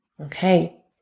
Okay